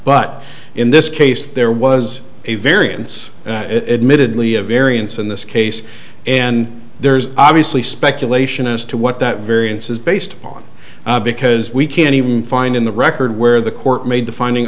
but in this case there was a variance that admittedly a variance in this case and there's obviously speculation as to what that variance is based upon because we can't even find in the record where the court made the finding